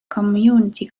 community